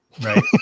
Right